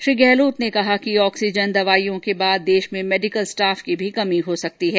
श्री गहलोत ने कहा कि ऑक्सीजन दवाईयों के बाद देश में मेडिकल स्टाफ की भी कमी हो सकती है